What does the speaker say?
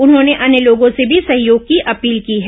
उन्होंने अन्य लोगों से भी सहयोग की अपील की है